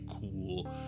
cool